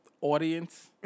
audience